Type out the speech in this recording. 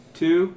two